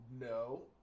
no